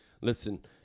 listen